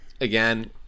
Again